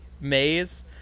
maze